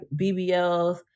BBLs